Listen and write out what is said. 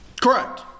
correct